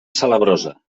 salabrosa